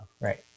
right